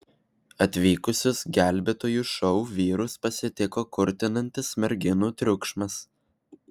atvykusius gelbėtojų šou vyrus pasitiko kurtinantis merginų triukšmas